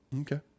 Okay